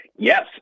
Yes